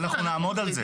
כי אנחנו נעמוד על זה.